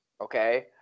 okay